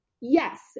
yes